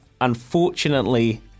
unfortunately